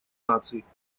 наций